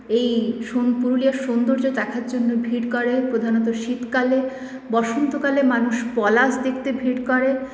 এই পুরুলিয়ার সৌন্দর্য দেখার জন্য ভিড় করে প্রধানত শীতকালে বসন্তকালে মানুষ পলাশ দেখতে ভিড় করে